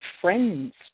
friends